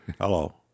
Hello